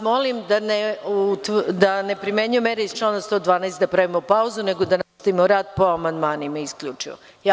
Molim vas da ne primenjujem mere iz člana 112. da pravimo pauzu, nego da nastavimo rad po amandmanima isključivo.